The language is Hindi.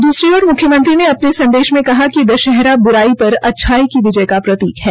दूसरी ओर मुख्यमंत्री ने अपने संदेश में कहा कि दशहरा बुलाई पर अच्छाई की विजय का प्रतीक है